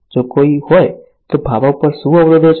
જો કોઈ હોય તો ભાવો પર શું અવરોધો છે